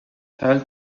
held